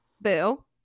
boo